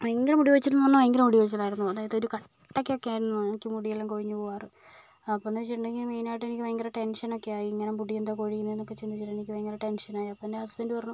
ഭയങ്കര മുടി കൊഴിച്ചിൽ എന്ന് പറഞ്ഞാൽ ഭയങ്കര മുടി കൊഴിച്ചിലായിരുന്നു അതായത് ഒരു കട്ടക്കൊക്കെയായിരുന്നു എനിക്ക് മുടിയെല്ലാം കൊഴിഞ്ഞു പോകാറ് അപ്പോഴെന്ന് വെച്ചിട്ടുണ്ടെങ്കിൽ മെയിനായിട്ട് എനിക്ക് ഭയങ്കര ടെൻഷനൊക്കെയായി ഇങ്ങനെ മുടിയെന്താ കൊഴിയുന്നതെന്നൊക്കെ ചിന്തിച്ചിട്ട് എനിക്ക് ഭയങ്കര ടെൻഷനായി അപ്പോൾ എൻ്റെ ഹസ്ബൻഡ് പറഞ്ഞു